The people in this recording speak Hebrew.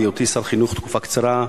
בהיותי שר חינוך תקופה קצרה,